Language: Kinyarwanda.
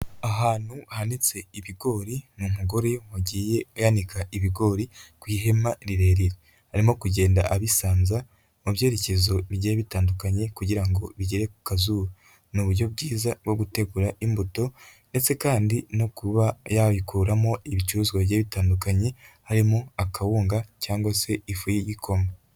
Ahantu hanitse ibigori ni umugore wagiye yanika ibigori ku ihema rirerire arimo kugenda abisanza mu byerekezo bigiye bitandukanye kugira bigere ku kazuba, ni uburyo bwiza bwo gutegura imbuto ndetse kandi no kuba yayikuramo ibicuruzwa bigiye bitandukanye harimo akawunga cyangwa se ifu y'igikoma.